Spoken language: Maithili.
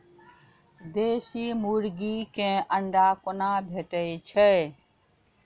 देसी मुर्गी केँ अंडा कोना भेटय छै?